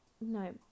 no